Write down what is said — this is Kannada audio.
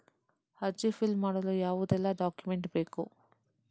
ಅರ್ಜಿ ಫಿಲ್ ಮಾಡಲು ಯಾವುದೆಲ್ಲ ಡಾಕ್ಯುಮೆಂಟ್ ಬೇಕು?